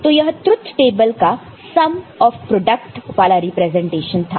तो यह truth table का सम ऑफ प्रोडक्ट वाला रिप्रेजेंटेशन था